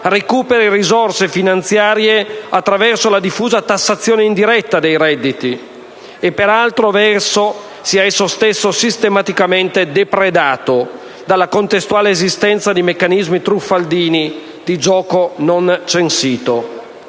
recuperi risorse finanziarie attraverso la diffusa "tassazione indiretta" dei redditi e, per altro verso, sia esso stesso sistematicamente "depredato" dalla contestuale esistenza di meccanismi truffaldini di gioco non censito».